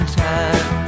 time